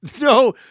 no